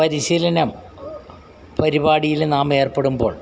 പരിശീലനം പരിപാടിയിൽ നാം ഏർപ്പെടുമ്പോൾ